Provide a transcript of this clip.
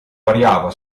variava